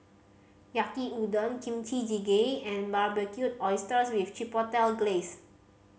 Yaki Udon Kimchi Jjigae and Barbecued Oysters with Chipotle Glaze